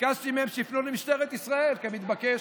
ביקשתי מהם שיפנו למשטרת ישראל, כמתבקש.